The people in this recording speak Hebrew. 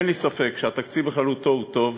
אין לי ספק שהתקציב בכללותו הוא טוב,